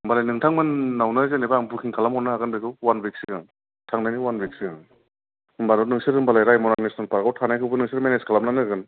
होमबालाय नोंथांमोननावनो जेनेबा बुकिं खालामहरनो हागोन बेखौ वान वुइकसो सिगां थांनायनि वान वुइक सिगां होमबालाय नोंसोरो रायमना नेसनेल पार्काव थानायखौ नोंसोरो मेनेज खालामना होगोन